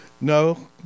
No